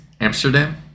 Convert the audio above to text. Amsterdam